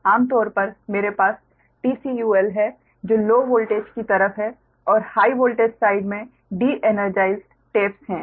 आमतौर पर मेरे पास TCUL है जो लो वोल्टेज की तरफ है और हाइ वोल्टेज साइड में डी एनर्जाइज्ड टेप्स हैं